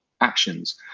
actions